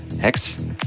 Hex